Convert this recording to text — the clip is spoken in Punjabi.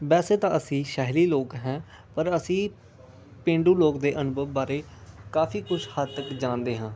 ਵੈਸੇ ਤਾਂ ਅਸੀਂ ਸ਼ਹਿਰੀ ਲੋਕ ਹਾਂ ਪਰ ਅਸੀਂ ਪੇਂਡੂ ਲੋਕ ਦੇ ਅਨੁਭਵ ਬਾਰੇ ਕਾਫੀ ਕੁਛ ਹੱਦ ਤੱਕ ਜਾਣਦੇ ਹਾਂ